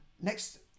next